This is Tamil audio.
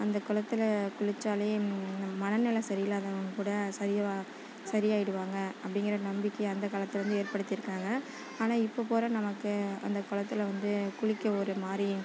அந்த குளத்தில் குளித்தாலே மனநலம் சரி இல்லாதவங்க கூட சரியா சரியாகிடுவாங்க அப்படிங்குற நம்பிக்கை அந்த காலத்துலேருந்தே ஏற்படுத்தியிருக்காங்க ஆனால் இப்போ போகிற நமக்கு அந்த குளத்துல வந்து குளிக்க ஒரு மாதிரி